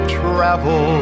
travel